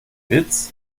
witz